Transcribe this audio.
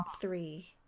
three